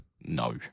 No